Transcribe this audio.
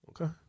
Okay